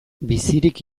bizirik